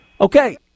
Okay